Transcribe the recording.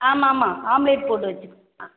ஆமாம் ஆமாம் ஆம்ப்லேட் போட்டு வெச்சி ஆ